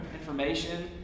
information